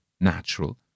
natural